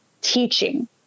teaching